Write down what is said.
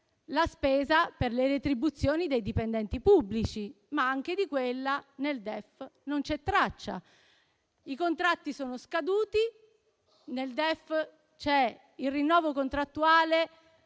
la spesa per le retribuzioni dei dipendenti pubblici, ma anche di questa nel DEF non c'è traccia. I contratti sono scaduti. Nel DEF c'è il rinnovo contrattuale